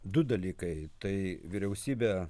du dalykai tai vyriausybė